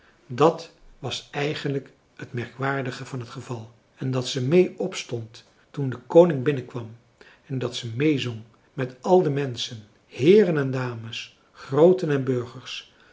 dat was eigenlijk het merkwaardige van het geval en dat ze mee opstond toen de koning binnenkwam en dat ze meezong met al de menschen heeren en dames grooten en burgers